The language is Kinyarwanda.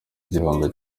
igihombo